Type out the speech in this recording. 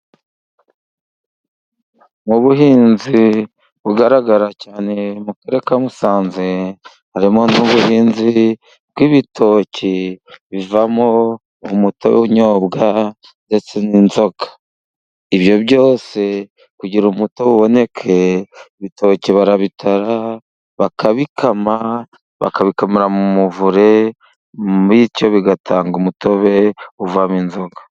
Mu buhinzi bugaragara cyane mu Karere ka Musanze, harimo n'ubuhinzi bw'ibitoki bivamo umutobe unyobwa ndetse n'inzoga. Ibyo byose kugira ngo umutobe uboneke, ibitoke barabitara, bakabikama, bakabikamira mu muvure, bityo bigatanga umutobe uvamo inzoga.